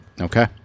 Okay